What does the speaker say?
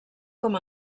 com